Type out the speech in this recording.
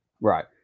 Right